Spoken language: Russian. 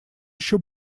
еще